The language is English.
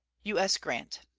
u s. grant.